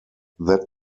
that